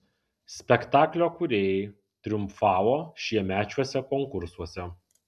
spektaklio kūrėjai triumfavo šiemečiuose konkursuose